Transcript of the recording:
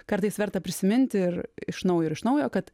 kartais verta prisiminti ir iš naujo ir iš naujo kad